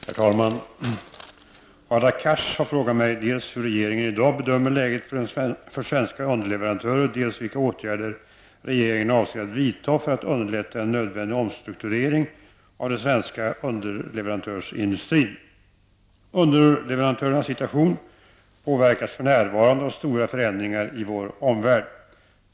Herr talman! Hadar Cars har frågat mig dels hur regeringen i dag bedömer läget för svenska underleverantörer, dels vilka åtgärder regeringen avser att vidta för att underlätta en nödvändig omstrukturering av den svenska underleverantörsindustrin. Underleverantörernas situation påverkas för närvarande av stora förändringar i vår omvärld.